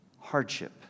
hardship